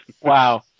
Wow